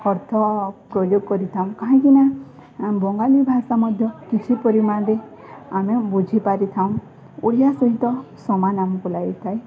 ଅର୍ଥ ପ୍ରୟୋଗ କରିଥାଉ କାହିଁକିନା ବଙ୍ଗାଳୀ ଭାଷା ମଧ୍ୟ କିଛି ପରିମାଣରେ ଆମେ ବୁଝିପାରିଥାଉ ଓଡ଼ିଆ ସହିତ ସମାନ ଆମକୁ ଲାଗିଥାଏ